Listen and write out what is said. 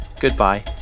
goodbye